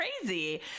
crazy